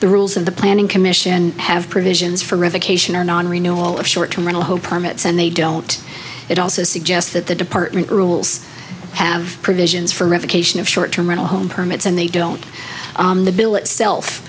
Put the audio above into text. the rules of the planning commission have provisions for revocation or nonrenewable of short term rental ho permits and they don't it also suggests that the department rules have provisions for revocation of short term rental home permits and they don't the bill itself